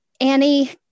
annie